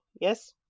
Yes